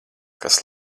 kas